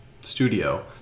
studio